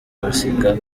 basiga